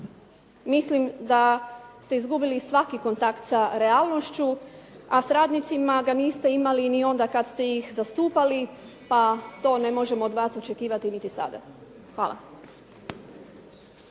Mislim da ste izgubili svaki kontakt sa realnošću a s radnicima ga niste imali ni onda kad ste ih zastupali pa to ne možemo od vas očekivati ni sada. Hvala.